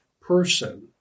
person